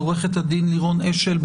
עורכת הדין לירון אשל.